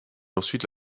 ensuite